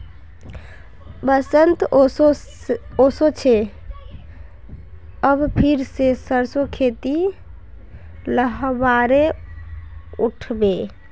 बसंत ओशो छे अब फिर से सरसो खेती लहराबे उठ बे